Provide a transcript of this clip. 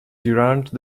deranged